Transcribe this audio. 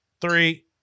three